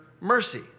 mercy